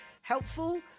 Helpful